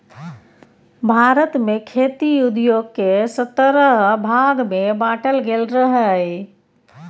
भारत मे खेती उद्योग केँ सतरह भाग मे बाँटल गेल रहय